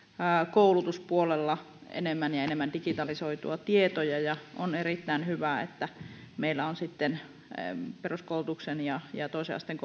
koulutuspuolella enemmän ja enemmän digitalisoitua tietoja ja on erittäin hyvä että meillä on sitten peruskoulutukseen ja ja toisen asteen